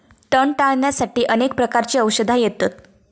तण टाळ्याण्यासाठी अनेक प्रकारची औषधा येतत